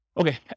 Okay